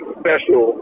special